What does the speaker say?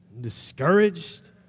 discouraged